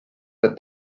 that